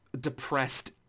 depressed